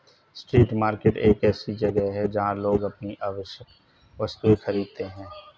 street market एक ऐसी जगह है जहां लोग अपनी आवश्यक वस्तुएं खरीदते हैं